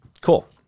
Cool